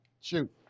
Shoot